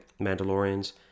Mandalorians